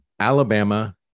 Alabama